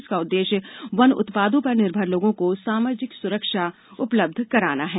इसका उद्देश्य वन उत्पादों पर निर्भर लोगों को सामाजिक सुरक्षा उपलब्ध कराना है